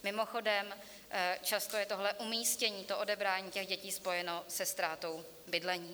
Mimochodem, často je tohle umístění, to odebrání dětí, spojeno se ztrátou bydlení.